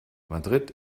madrid